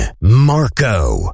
Marco